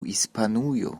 hispanujo